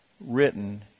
written